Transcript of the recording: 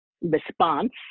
response